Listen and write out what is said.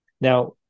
Now